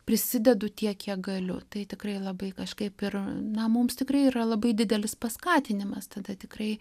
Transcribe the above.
prisidedu tiek kiek galiu tai tikrai labai kažkaip ir na mums tikrai yra labai didelis paskatinimas tada tikrai